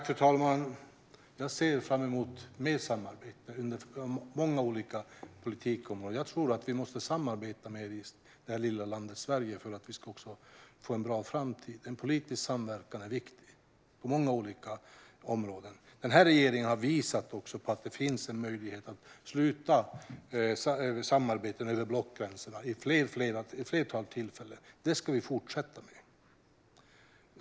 Fru talman! Jag ser fram emot mer samarbete på många olika politikområden. Jag tror att vi måste samarbeta mer i det lilla landet Sverige för att vi ska få en bra framtid. En politisk samverkan är viktig på många olika områden. Den här regeringen har vid ett flertal tillfällen visat att det finns en möjlighet att skapa samarbeten över blockgränserna. Det ska vi fortsätta med.